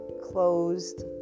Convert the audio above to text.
closed